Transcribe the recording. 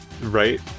right